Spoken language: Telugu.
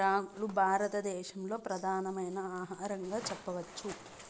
రాగులు భారత దేశంలో ప్రధానమైన ఆహారంగా చెప్పచ్చు